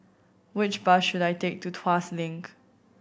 which bus should I take to Tuas Link